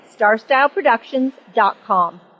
StarStyleProductions.com